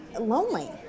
lonely